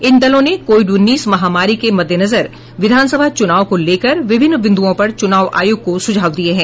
इन दलों ने कोविड उन्नीस महामारी के मददेनजर विधान सभा चूनाव को लेकर विभिन्न बिंद्ओं पर चुनाव आयोग को सुझाव दिये है